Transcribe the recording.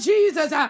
Jesus